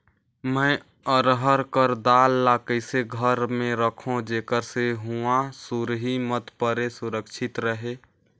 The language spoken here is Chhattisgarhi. मैं अरहर कर दाल ला कइसे घर मे रखों जेकर से हुंआ सुरही मत परे सुरक्षित रहे?